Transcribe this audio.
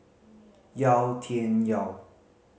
Yau Tian Yau